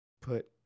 put